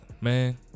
man